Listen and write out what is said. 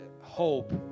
hope